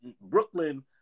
Brooklyn